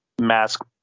mask